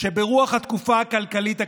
ברוח התקופה הכלכלית הקשה,